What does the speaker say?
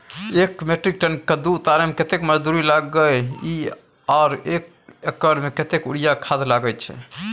एक metric ton कद्दू उतारे में कतेक मजदूरी लागे इ आर एक एकर में कतेक यूरिया खाद लागे छै?